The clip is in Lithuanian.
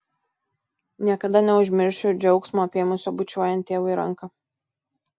niekada neužmiršiu džiaugsmo apėmusio bučiuojant tėvui ranką